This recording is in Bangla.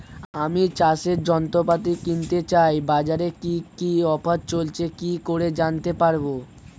আমি চাষের যন্ত্রপাতি কিনতে চাই বাজারে কি কি অফার চলছে কি করে জানতে পারবো?